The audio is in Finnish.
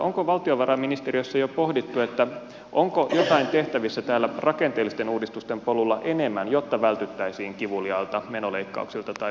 onko valtiovarainministeriössä jo pohdittu onko jotain tehtävissä täällä rakenteellisten uudistusten polulla enemmän jotta vältyttäisiin kivuliailta menoleikkauksilta tai veronkorotuksilta